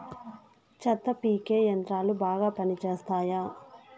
చెత్త పీకే యంత్రాలు బాగా పనిచేస్తాయా?